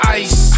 ice